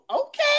Okay